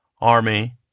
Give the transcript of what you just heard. army